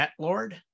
netlord